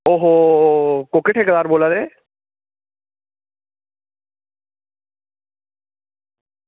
ओहो कोह्के ठैकेदार बोल्ला दे